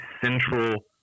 central